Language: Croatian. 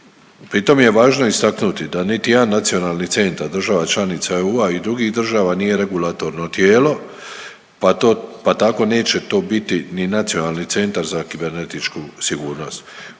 Pri tom je važno istaknuti da niti jedan nacionalni centar država članica EU i drugih država nije regulatorno tijelo, pa tako to neće biti ni Nacionalni centar za kibernetičku sigurnost.